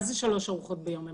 מה זה שלוש ארוחות ביום?